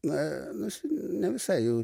na aš ne visai jau